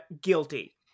guilty